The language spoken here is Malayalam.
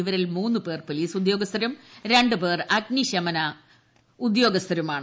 ഇവരിൽ മൂന്ന് പേർ ് പോലീസ് ഉദ്യോഗസ്ഥരും രണ്ട് പേർ അഗ്നിശമന ഉദ്യോഗസ്ഥരുമാണ്